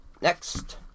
Next